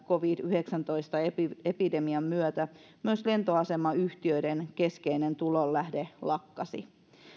covid yhdeksäntoista epidemian epidemian myötä myös lentoasemayhtiöiden keskeinen tulonlähde lakkasi